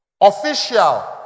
Official